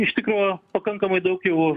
iš tikro pakankamai daug jų